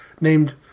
named